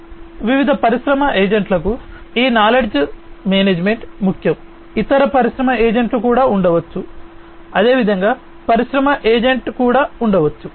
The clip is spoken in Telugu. కాబట్టి వివిధ పరిశ్రమ ఏజెంట్లకు ఈ నాలెడ్జ్ మేనేజ్మెంట్ ముఖ్యం ఇతర పరిశ్రమ ఏజెంట్లు కూడా ఉండవచ్చు అదేవిధంగా పరిశ్రమ ఏజెంట్ కూడా ఉండవచ్చు